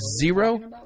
Zero